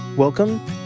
Welcome